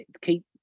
keep